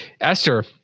esther